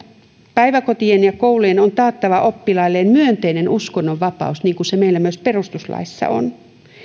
päiväkotien ja koulujen on taattava oppilailleen myönteinen uskonnonvapaus niin kuin se meillä myös perustuslaissa on